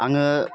आङो